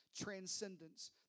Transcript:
transcendence